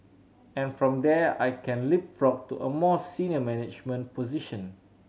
and from there I can leapfrog to a more senior management position